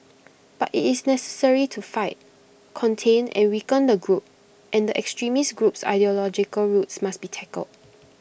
but IT is necessary to fight contain and weaken the group and the extremist group's ideological roots must be tackled